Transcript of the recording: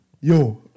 Yo